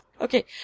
Okay